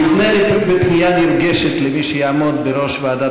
נפנה בפנייה נרגשת למי שיעמוד בראש ועדת